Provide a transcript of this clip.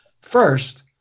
first